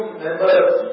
members